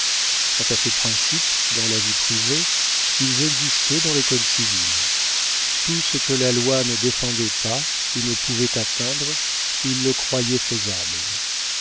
quant à ses principes dans la vie privée ils existaient dans le code civil tout ce que la loi ne défendait pas ou ne pouvait atteindre il le croyait faisable